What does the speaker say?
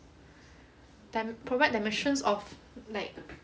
dimen~ provide dimensions of like